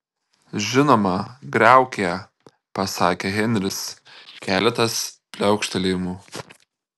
žinoma griauk ją pasakė henris keletas pliaukštelėjimų